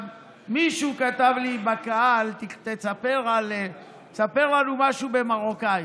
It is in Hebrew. מישהו כתב לי בקהל: ספר לנו משהו במרוקאית,